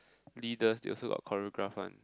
leader that also got choreograph one